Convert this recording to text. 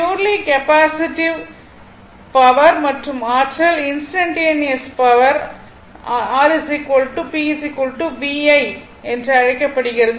purely capacitive power மற்றும் ஆற்றல் instantaneous power r p v i என்று அழைக்கப்படுகிறது